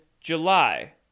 July